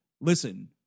listen